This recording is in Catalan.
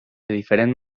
diferent